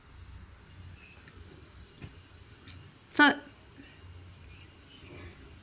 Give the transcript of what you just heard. so